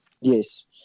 Yes